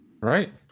Right